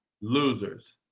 losers